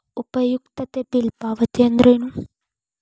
ಉಪಯುಕ್ತತೆ ಬಿಲ್ ಪಾವತಿ ಅಂದ್ರೇನು?